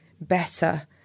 better